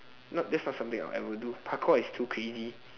not that's not something I'll ever do parkour is too crazy